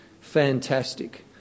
fantastic